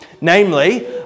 Namely